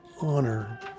honor